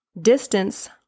distance